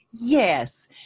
Yes